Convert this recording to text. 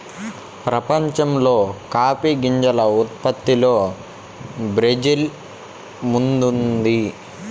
ప్రపంచంలో కాఫీ గింజల ఉత్పత్తిలో బ్రెజిల్ ముందుంది